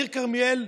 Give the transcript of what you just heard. העיר כרמיאל,